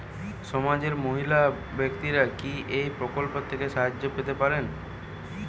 সমাজের মহিলা ব্যাক্তিরা কি এই প্রকল্প থেকে সাহায্য পেতে পারেন?